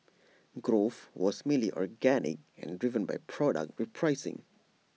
growth was mainly organic and driven by product repricing